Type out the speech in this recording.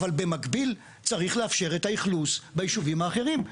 אבל במקביל צריך לאפשר את האכלוס בישובים האחרים.